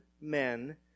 men